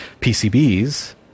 PCBs